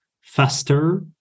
faster